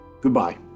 Goodbye